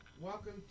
Welcome